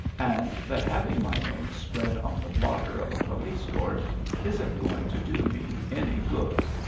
and that having my name spread on the blotter of a police court isn't going to do me any good.